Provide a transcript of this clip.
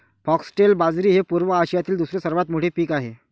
foxtail बाजरी हे पूर्व आशियातील दुसरे सर्वात मोठे पीक आहे